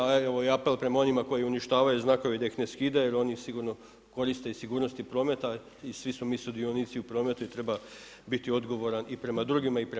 A evo i apel prema onima koji uništavaju znakove da ih ne skidaju, jer oni sigurno koriste i sigurnosti prometa i svi smo mi sudionici u prometu i treba biti odgovoran i prema drugima i prema sebi.